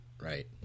Right